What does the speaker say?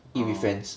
eat with friends